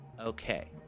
Okay